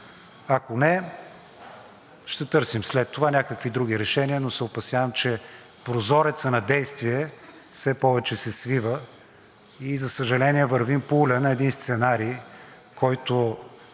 Ако не, ще търсим след това някакви други решения, но се опасявам, че прозорецът на действие все повече се свива и за съжаление, вървим по улея на един сценарий, който